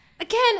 Again